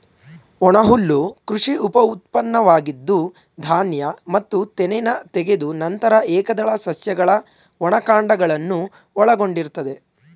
ಒಣಹುಲ್ಲು ಕೃಷಿ ಉಪಉತ್ಪನ್ನವಾಗಿದ್ದು ಧಾನ್ಯ ಮತ್ತು ತೆನೆನ ತೆಗೆದ ನಂತರ ಏಕದಳ ಸಸ್ಯಗಳ ಒಣ ಕಾಂಡಗಳನ್ನು ಒಳಗೊಂಡಿರ್ತದೆ